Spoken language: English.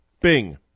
Bing